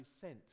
sent